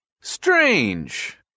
Strange